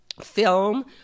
film